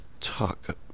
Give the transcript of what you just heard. talk